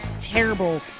terrible